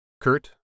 Kurt